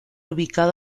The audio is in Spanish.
ubicado